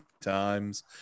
times